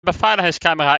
beveiligingscamera